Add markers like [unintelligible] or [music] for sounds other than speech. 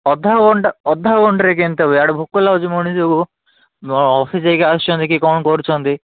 ଅଧଘଣ୍ଟା ଅଧଘଣ୍ଟାରେ କେନ୍ତା ହବ [unintelligible] ଭୋକ ଲାଗୁଛି ମଣିଷକୁ ଅଫିସ ଯାଇକି ଆସୁଛନ୍ତି କି କ'ଣ କରୁଛନ୍ତି